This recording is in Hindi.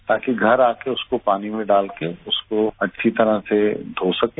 ताकि घर आकर उसको पानी में डालकर उसको अच्छी तरह से धो सकें